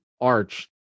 arch